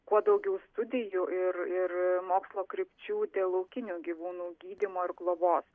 kuo daugiau studijų ir ir mokslo krypčių dėl laukinių gyvūnų gydymo ir globos